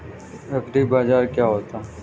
एग्रीबाजार क्या होता है?